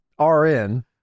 RN